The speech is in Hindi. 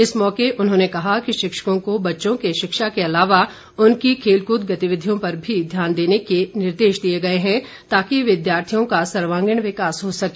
इस मौके उन्होंने कहा कि शिक्षकों को बच्चों के शिक्षा के अलावा उनकी खेलकूद गतिविधियों पर भी ध्यान देने के निर्देश दिए गए है ताकि विद्यार्थियों का सर्वागीण विकास हो सके